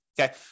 Okay